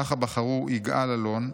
ככה בחרו יגאל אלון,